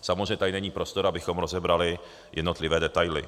Samozřejmě tady není prostor, abychom rozebrali jednotlivé detaily.